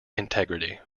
integrity